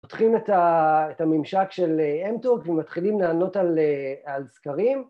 ‫פותחים את הממשק של אמתור ‫ומתחילים לענות על סקרים.